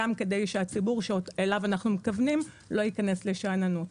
גם כדי שהציבור אליו אנחנו מכוונים לא ייכנס לשאננות.